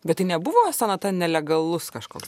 bet tai nebuvo sonata nelegalus kažkoks